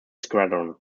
squadron